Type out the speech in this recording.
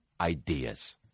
ideas